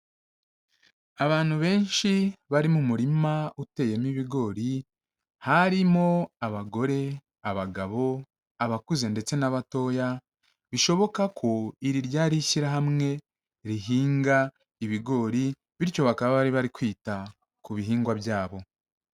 Abantu benshi bari mu murima uteyemo ibigori harimo abagore, abagabo, abakuze ndetse n'abatoya bishoboka ko iri ryari ishyirahamwe rihinga ibigori bityo bakaba bari bari kwita ku bihingwa byabo.